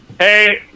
Hey